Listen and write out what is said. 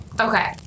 Okay